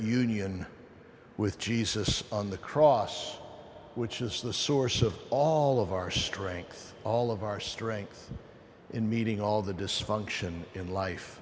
union with jesus on the cross which is the source of all of our strength all of our strength in meeting all the dysfunction in life